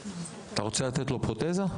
אתה רוצה לתת לו פרוטזה?